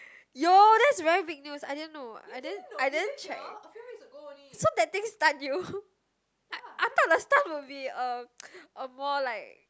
yo that's very big news I didn't know I didn't I didn't check so that thing stun you i thought the stuff will be uh um more like